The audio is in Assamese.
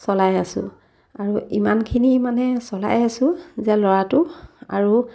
চলাই আছোঁ আৰু ইমানখিনি মানে চলাই আছোঁ যে ল'ৰাটো আৰু